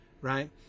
right